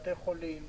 בתי חולים,